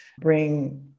bring